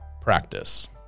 Practice